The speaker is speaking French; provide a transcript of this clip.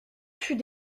fut